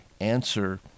answer